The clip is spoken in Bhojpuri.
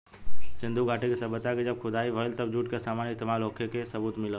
सिंधु घाटी के सभ्यता के जब खुदाई भईल तब जूट के सामान इस्तमाल होखे के सबूत मिलल